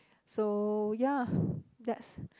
so ya that's